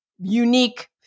unique